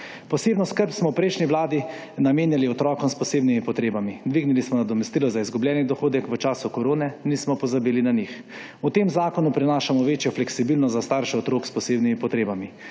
Posebno skrb smo v prejšnji vladi namenjali otrokom s posebnimi potrebami. Dvignili smo nadomestilo za izgubljeni dohodek v času korone, nismo pozabili na njih. V tem zakonu prinašamo večjo fleksibilnost za starše otrok s posebnimi potrebami.